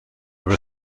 were